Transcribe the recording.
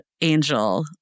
Angel